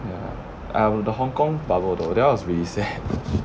ya um the hong kong bubble though that was really sad